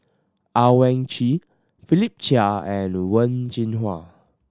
Owyang Chi Philip Chia and Wen Jinhua